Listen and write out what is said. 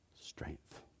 strength